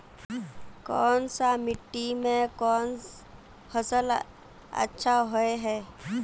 कोन सा मिट्टी में कोन फसल अच्छा होय है?